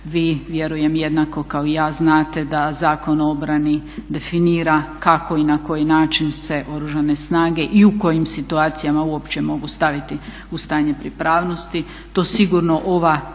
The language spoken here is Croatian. vi vjerujem jednako kao i ja znate da Zakon o obrani definira kako i na koji način se Oružane snage i u kojim situacijama uopće mogu staviti u stanje pripravnosti. To sigurno ova